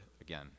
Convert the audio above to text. again